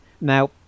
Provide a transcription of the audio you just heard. Now